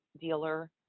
dealer